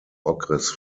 okres